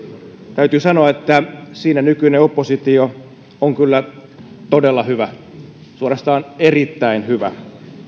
täytyy sanoa että siinä nykyinen oppositio on kyllä todella hyvä suorastaan erittäin hyvä